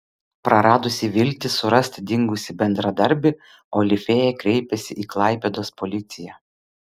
praradusi viltį surasti dingusį bendradarbį olifėja kreipėsi į klaipėdos policiją